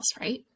right